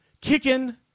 Kicking